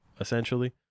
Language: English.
essentially